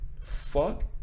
fuck